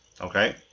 Okay